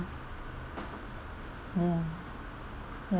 mm ya